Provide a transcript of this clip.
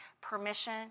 permission